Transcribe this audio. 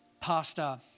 pastor